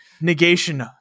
negation